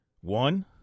One